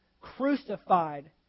crucified